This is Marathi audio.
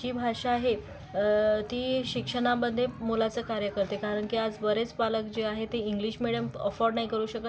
जी भाषा आहे ती शिक्षणामध्ये मोलाचं कार्य करते कारण की आज बरेच पालक जे आहेत ते इंग्लिश मिडियम अफाॅर्ड नाही करू शकत